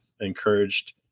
encouraged